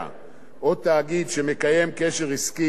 או תאגיד שמקיים קשר עסקי עם אירן,